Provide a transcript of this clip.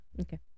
Okay